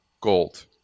gold